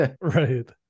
right